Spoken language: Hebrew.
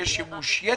יהיה שימוש יתר.